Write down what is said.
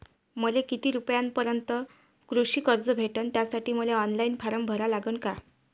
मले किती रूपयापर्यंतचं कृषी कर्ज भेटन, त्यासाठी मले ऑनलाईन फारम भरा लागन का?